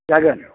जागोन